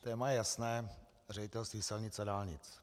Téma je jasné Ředitelství silnic a dálnic.